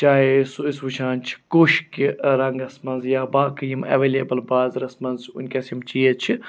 چاہے سُہ أسۍ وٕچھان چھِ کوٚش کہِ رنٛگَس منٛز یا باقٕے یِم اٮ۪ویلیبٕل بازرَس منٛز وٕنۍکٮ۪س یِم چیٖز چھِ